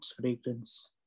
fragrance